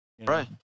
Right